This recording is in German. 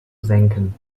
senken